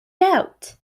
out